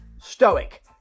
stoic